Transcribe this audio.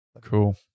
Cool